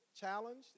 challenged